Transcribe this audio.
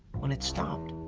when it stopped,